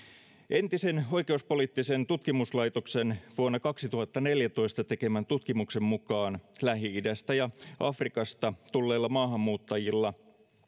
entisen oikeuspoliittisen tutkimuslaitoksen vuonna kaksituhattaneljätoista tekemän tutkimuksen mukaan lähi idästä ja afrikasta tulleilla maahanmuuttajilla